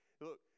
Look